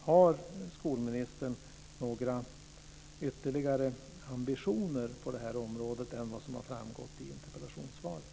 Har skolministern några ytterligare ambitioner på det här området än vad som har framgått av interpellationssvaret?